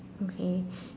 okay